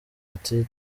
ati